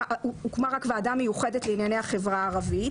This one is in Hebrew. רק ועדה מיוחדת לענייני החברה הערבית,